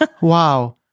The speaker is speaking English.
Wow